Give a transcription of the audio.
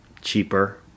cheaper